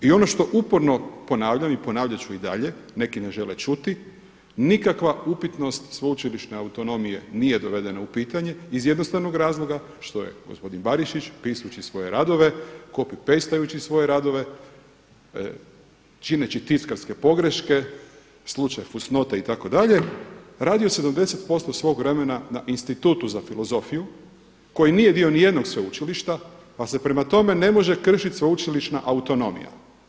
I ono što uporno ponavljam i ponavljat ću i da, neki ne žele čuti, nikakva upitnost sveučilišne autonomije nije dovedeno u pitanje iz jednostavnog razloga što je gospodin Barišić pišući svoje radove, copy paste-jući svoje radove, čineći tiskarske pogreške slučaj fusnota itd. radio 70% svog vremena na Institutu za filozofiju koji nije dio ni jednog sveučilišta, pa se prema tome ne može kršiti sveučilišna autonomija.